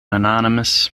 anonymous